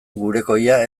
geurekoia